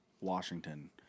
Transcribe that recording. Washington